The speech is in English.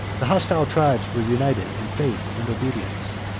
the hostile tribes were united in faith and obedience,